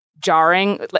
jarring